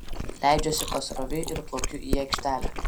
leidžiuosi pasroviui ir plaukiu į aikštelę